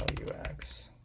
u x